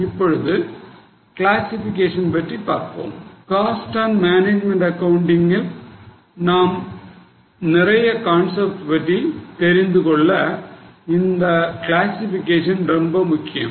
இப்பொழுது கிளாசிஃபிகேஷன் பற்றி பார்ப்போம் காஸ்ட் அண்ட் மேனேஜ்மெண்ட் அக்கவுண்டிங்கில் நாம் நிறைய கான்செப்ட் பற்றி தெரிந்துகொள்ள இந்த கிளாசிஃபிகேஷன் ரொம்ப முக்கியம்